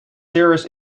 serious